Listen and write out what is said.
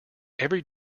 every